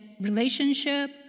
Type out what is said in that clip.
relationship